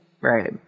Right